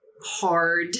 hard